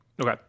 Okay